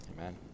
Amen